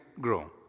grow